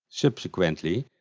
subsequently,